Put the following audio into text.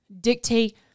dictate